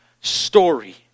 story